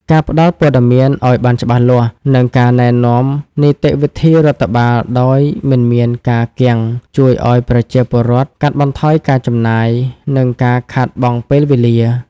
ការផ្តល់ព័ត៌មានឱ្យបានច្បាស់លាស់ និងការណែនាំនីតិវិធីរដ្ឋបាលដោយមិនមានការគាំង ជួយឱ្យប្រជាពលរដ្ឋកាត់បន្ថយការចំណាយ និងការខាតបង់ពេលវេលា។